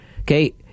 Okay